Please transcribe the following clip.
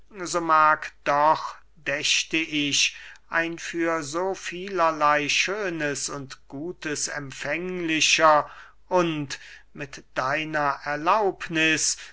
doch dächte ich ein für so vielerley schönes und gutes empfänglicher und mit deiner erlaubniß